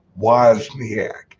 wozniak